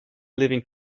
living